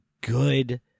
good